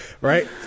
Right